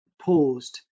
paused